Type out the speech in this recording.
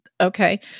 Okay